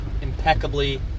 impeccably